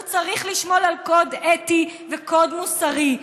הוא צריך לשמור על קוד אתי וקוד מוסרי.